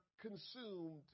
consumed